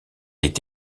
est